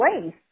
place